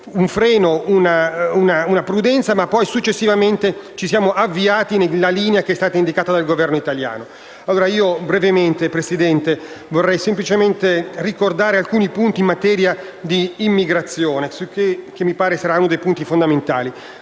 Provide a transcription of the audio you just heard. un freno, una certa prudenza, ma successivamente ci siamo avviati lungo la linea che è stata indicata dal Governo italiano. Signor Presidente, vorrei brevemente ricordare alcuni punti in materia di immigrazione che mi pare siano fondamentali.